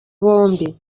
bombi